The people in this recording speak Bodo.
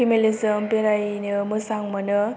फेमेलिजों बेरायनो मोजां मोनो